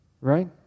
right